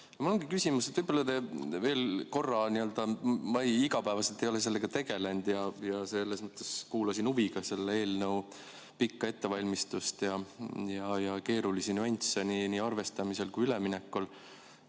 Mul on küsimus, et võib-olla te veel korra – ma igapäevaselt ei ole selle teemaga tegelenud ja selles mõttes kuulasin huviga eelnõu pikka ettevalmistust ja keerulisi nüansse nii arvestamisel kui ka üleminekul